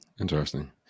Interesting